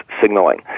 signaling